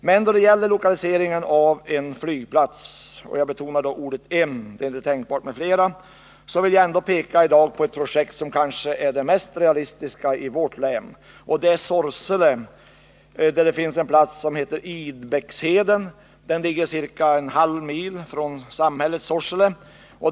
Men när det gäller lokaliseringen av en flygplats — jag betonar då ordet en, eftersom det inte är tänkbart med flera — vill jag ändå peka på ett projekt som kanske är det mest realistiska i vårt län, nämligen Sorsele där det finns en plats som heter Idbäckheden. Den ligger ca en halv mil från samhället Sorsele.